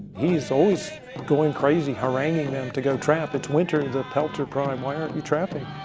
he is always going crazy haranguing them to go trap, it's winter, the pelts are prime, why aren't you trapping?